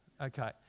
Okay